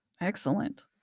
Excellent